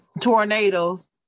tornadoes